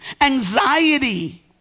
anxiety